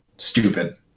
stupid